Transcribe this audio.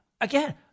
again